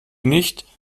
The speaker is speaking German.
nicht